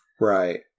right